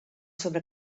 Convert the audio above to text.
sobre